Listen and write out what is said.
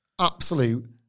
Absolute